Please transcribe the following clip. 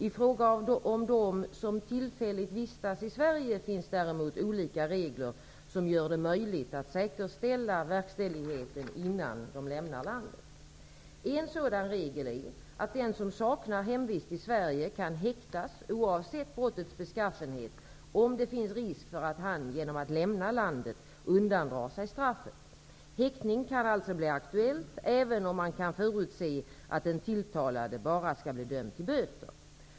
I fråga om dem som tillfälligt vistas i Sverige finns däremot olika regler som gör det möjligt att säkerställa verkställigheten innan de lämnar landet. En sådan regel är att den som saknar hemvist i Sverige kan häktas oavsett brottets beskaffenhet om det finns risk för att han genom att lämna landet undandrar sig straffet. Häktning kan alltså bli aktuell även om man kan förutse att den tilltalade bara skall bli dömd till böter.